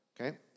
Okay